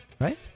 Right